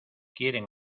quieren